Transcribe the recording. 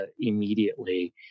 immediately